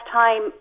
time